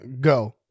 go